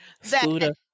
Scooter